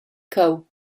cheu